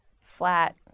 flat